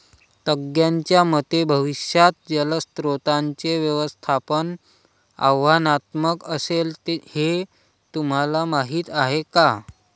तज्ज्ञांच्या मते भविष्यात जलस्रोतांचे व्यवस्थापन आव्हानात्मक असेल, हे तुम्हाला माहीत आहे का?